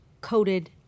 coated